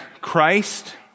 Christ